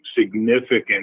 significant